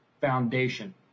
Foundation